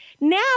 now